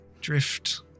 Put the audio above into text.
drift